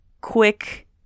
quick